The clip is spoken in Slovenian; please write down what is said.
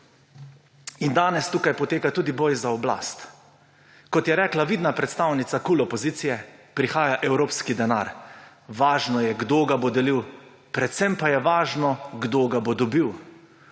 ur. Danes tukaj poteka tudi boj za oblast. Kot je rekla vidna predstavnica opozicije KUL, prihaja evropski denar, važno je, kdo ga bo delil, predvsem pa je važno, kdo ga bo dobil.